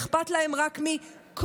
אכפת להם רק מכוח,